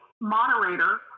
moderator